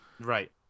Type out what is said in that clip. Right